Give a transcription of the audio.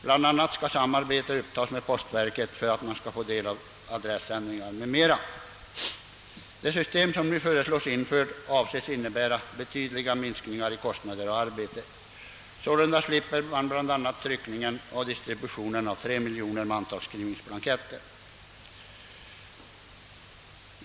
Samarbete skall också upptagas med postverket för att få del av gjorda adressändringar m.m. Det system som nu föreslås infört beräknas innebära betydliga minskningar vad gäller kostnader och arbete. Bland annat slipper man trycka och distribuera 3 miljoner mantalsskrivningsblanketter.